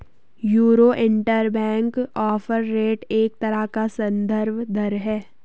euro interbank offer rate एक तरह का सन्दर्भ दर है